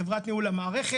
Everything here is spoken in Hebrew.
חברת ניהול המערכת,